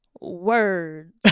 Words